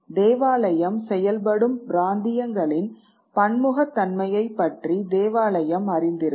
தேவாலயம் செயல்படும் பிராந்தியங்களின் பன்முகத்தன்மையைப் பற்றி தேவாலயம் அறிந்திருக்கும்